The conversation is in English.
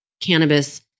cannabis